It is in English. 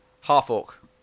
half-orc